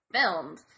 filmed